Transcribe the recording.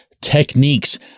techniques